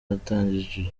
hatangijwe